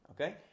okay